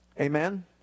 Amen